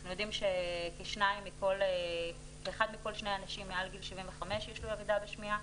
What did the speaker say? אנחנו יודעים שאחד מכל שני אנשים מעל גיל 75 יש לו ירידה בשמיעה,